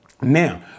Now